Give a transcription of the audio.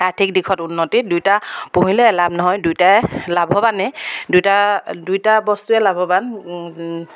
আৰ্থিক দিশত উন্নতি দুয়োটা পুহিলে লাভ নহয় দুয়োটাই লাভৱানেই দুয়োটা দুয়োটা বস্তুৱে লাভৱান